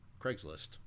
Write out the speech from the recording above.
Craigslist